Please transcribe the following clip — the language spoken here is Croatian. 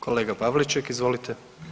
Kolega Pavliček, izvolite.